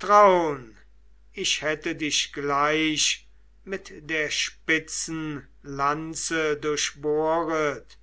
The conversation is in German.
traun ich hätte dich gleich mit der spitzen lanze durchbohret